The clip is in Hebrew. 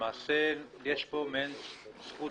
למעשה, יש פה מעין זכות